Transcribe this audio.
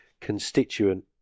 constituent